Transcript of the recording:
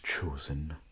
chosen